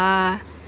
err